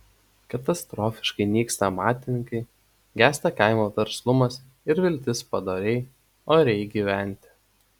katastrofiškai nyksta amatininkai gęsta kaimo verslumas ir viltis padoriai oriai gyventi